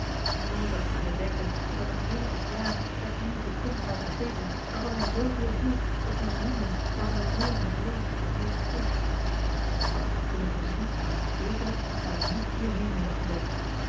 nooit had ik kunnen denken dat hij nog binnen het jaar het lieve kind zou vergeten waarvan hij z veel hield dat zijn vrienden marcellus emants een drietal novellen voor zijn leven vreesden toen zij stierf had ik dit kunnen voorzien zekerlijk ik zou hem niet hierheen hebben gelokt